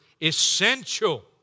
essential